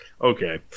Okay